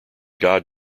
god